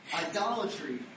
Idolatry